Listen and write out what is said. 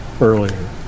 earlier